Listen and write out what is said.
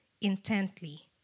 intently